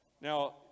Now